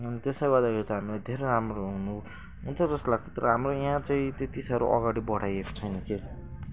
अनि त्यसले गर्दाखेरि त हामीलाई धेरै राम्रो हुनु हुन्छ जस्तो लाग्छ तर हाम्रो यहाँ चाहिँ त्यति साह्रो अगाडि बढाइएको छैन के